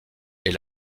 est